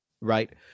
right